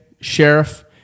Sheriff